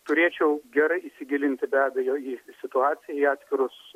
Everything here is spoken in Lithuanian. turėčiau gerai įsigilinti be abejo į situaciją į atskirus